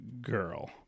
girl